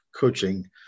coaching